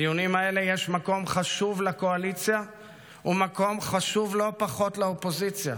בדיונים האלה יש מקום חשוב לקואליציה ומקום חשוב לא פחות לאופוזיציה.